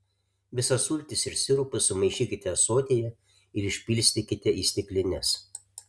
visas sultis ir sirupus sumaišykite ąsotyje ir išpilstykite į stiklines